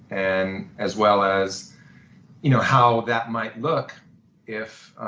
and as well as you know how that might look if